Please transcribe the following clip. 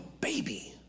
baby